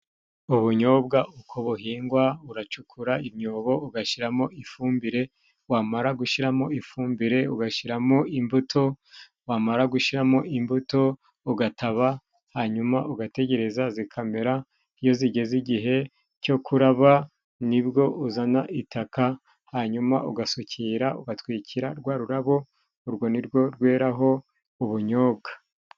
Ubunyobwa uko buhingwa, uracukura imyobo, ugashyiramo ifumbire, wamara gushyiramo ifumbire ugashyiramo imbuto, wamara gushyiramo imbuto ugataba, hanyuma ugategereza zikamera. Iyo zigeze igihe cyo kuraba ni bwo uzana itaka hanyuma ugasukira, ugatwikira rwa rurabo, urwo ni rwo rweraho ubunyobwa.